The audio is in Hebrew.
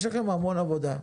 יש לכם המון עבודה.